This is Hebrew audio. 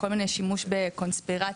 כל מיני שימוש בקונספירציות,